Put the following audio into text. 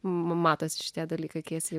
ma matosi šitie dalykai kai esi jau